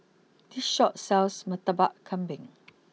this Shop sells Murtabak Kambing